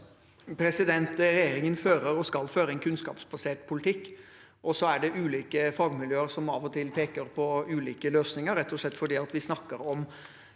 Regjerin- gen fører og skal føre en kunnskapsbasert politikk. Så er det slik at ulike fagmiljøer av og til peker på ulike løsninger, rett og slett fordi vi snakker om